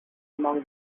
among